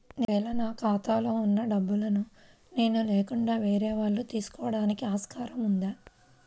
ఒక వేళ నా ఖాతాలో వున్న డబ్బులను నేను లేకుండా వేరే వాళ్ళు తీసుకోవడానికి ఆస్కారం ఉందా?